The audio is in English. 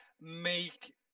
make